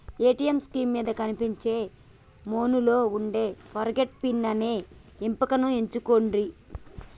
ATM screen మీద కనిపించే మెనూలో వుండే ఫర్గాట్ పిన్ అనే ఎంపికను ఎంచుకొండ్రి